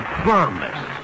promise